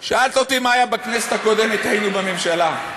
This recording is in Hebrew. שאלת אותי מה היה בכנסת הקודמת, כשהיינו בממשלה.